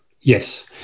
Yes